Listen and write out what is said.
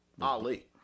Ali